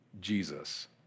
Jesus